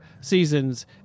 seasons